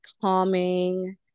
calming